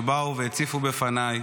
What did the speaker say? שבאו והציפו בפניי